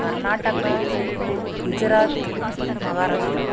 Karnataka Gujarat Maharashtra